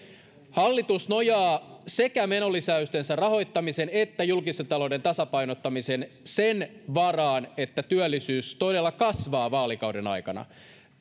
hallitus nojaa sekä menolisäystensä rahoittamisen että julkisen talouden tasapainottamisen sen varaan että työllisyys kasvaa vaalikauden aikana